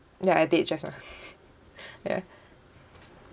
ya I did just now ya